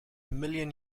million